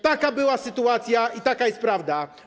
Taka była sytuacja i taka jest prawda.